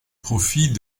profit